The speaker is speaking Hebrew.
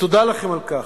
ותודה לכם על כך.